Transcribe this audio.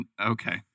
okay